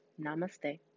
Namaste